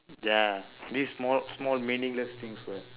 ya this is small small meaningless things [what]